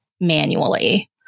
manually